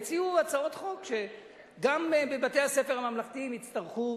הציעו הצעות חוק שגם בבתי-הספר הממלכתיים יצטרכו